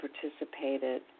participated